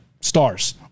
stars